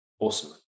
Awesome